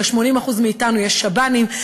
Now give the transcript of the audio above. ול-80% מאתנו יש שב"נים.